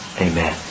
Amen